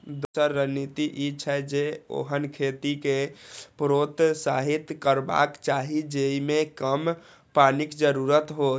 दोसर रणनीति ई छै, जे ओहन खेती कें प्रोत्साहित करबाक चाही जेइमे कम पानिक जरूरत हो